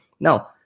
Now